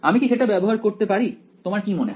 আমি কি সেটা ব্যবহার করতে পারি তোমার কি মনে হয়